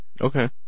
Okay